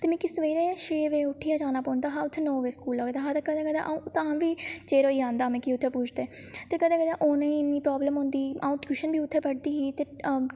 ते मिकी सवेरे छे बजे उट्ठियै जाना पौंदा हा उत्थें नौ बजे स्कूल लगदा हा ते कदें कदें अ'ऊं तां बी चिर होई जंदा हा मिगी उत्थें पुजदे ते कदें कदें औने गी इन्नी प्राब्लम होंदी ही अ'ऊं टयूशन बी उत्थें पढ़दी ही ते